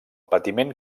patiment